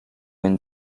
win